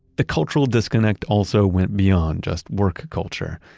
the cultural disconnect also went beyond just work culture.